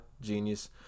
genius